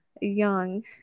young